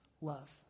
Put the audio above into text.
love